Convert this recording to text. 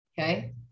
Okay